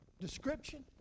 description